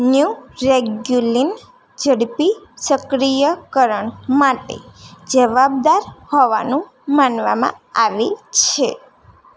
new રેગ્યુલિન ઝડપી સક્રિયકરણ માટે જવાબદાર હોવાનું માનવામાં આવે છે